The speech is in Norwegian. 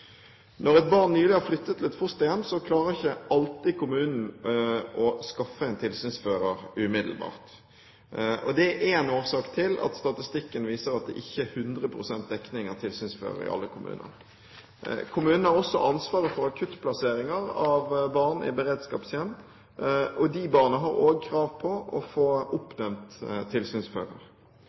Når et barn nylig har flyttet til et fosterhjem, klarer ikke alltid kommunen å skaffe en tilsynsfører umiddelbart. Det er én årsak til at statistikken viser at det ikke er 100 pst. dekning av tilsynsførere i alle kommuner. Kommunen har også ansvaret for akuttplasseringer av barn i beredskapshjem. Disse barna har også krav på å få oppnevnt tilsynsfører.